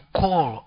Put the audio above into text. call